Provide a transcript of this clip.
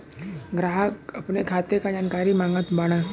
ग्राहक अपने खाते का जानकारी मागत बाणन?